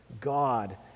God